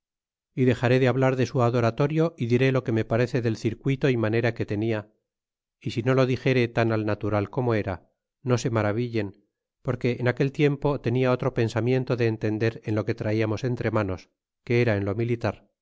y dexaré de hablar de su adoratorio y diré lo que me parece del circuito y manera que tenia y si no lo dixere tan al natural como era no se maravillen porque en aquel tiempo tenia otro pensamiento de entender en lo que traiamos entre manos que era en lo militar